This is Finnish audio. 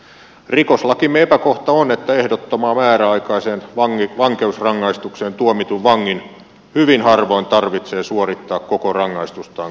rikoslakimme epäkohta on että ehdottomaan määräaikaiseen vankeusrangaistukseen tuomitun vangin hyvin harvoin tarvitsee suorittaa koko rangaistustaan kalterien takana